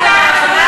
אתה היית חלק מהמהלך,